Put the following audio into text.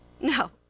No